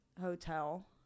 Hotel